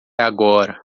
agora